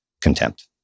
contempt